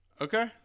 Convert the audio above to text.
Okay